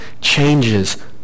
changes